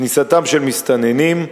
כניסתם של מסתננים,